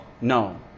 no